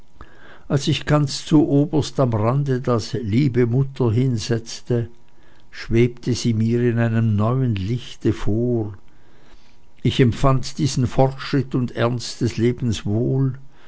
als ich ganz zuoberst am rande das liebe mutter hinsetzte schwebte sie mir in einem neuen lichte vor ich empfand diesen fortschritt und ernst des